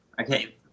Okay